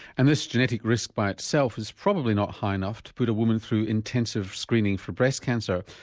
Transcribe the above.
and this genetic risk by itself is probably not high enough to put a woman through intensive screening for breast cancer,